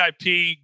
VIP